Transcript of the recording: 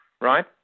Right